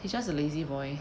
he's just a lazy boy